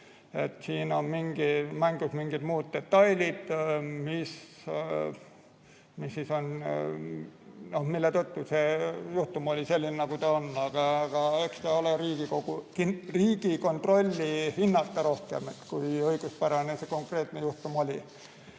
olid mängus mingid muud detailid, mille tõttu see juhtum oli selline, nagu ta oli. Aga eks see ole rohkem Riigikontrolli hinnata, kui õiguspärane see konkreetne juhtum oli.